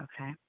Okay